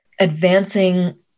advancing